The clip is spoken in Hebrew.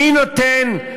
מי נותן,